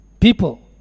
people